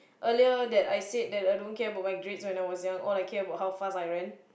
earlier that I said that I don't care about my grades when I was young all I care about how fast I ran